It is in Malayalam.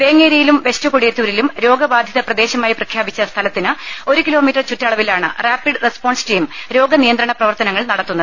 വേങ്ങേരിയിലും വെസ്റ്റ് കൊടിയത്തൂരിലും രോഗബാധിത പ്രദേശമായി പ്രഖ്യാപിച്ച സ്ഥലത്തിന് ഒരു കിലോമീറ്റർ ചുറ്റളവിലാണ് റാപ്പിഡ് റെസ്പോൺസ് ടീം രോഗനിയന്ത്രണ പ്രവർത്തനങ്ങൾ നടത്തുന്നത്